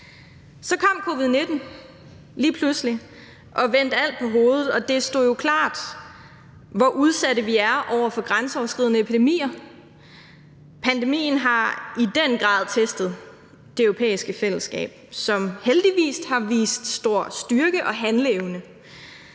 Så kom covid-19 lige pludselig og vendte alt på hovedet, og det stod jo klart, hvor udsatte vi er over for grænseoverskridende epidemier. Pandemien har i den grad testet det europæiske fællesskab, som heldigvis har vist stor styrke og handleevne.